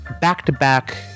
back-to-back